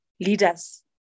leaders